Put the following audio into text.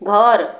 घर